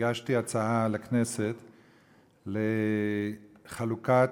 הגשתי לכנסת הצעה לחלוקת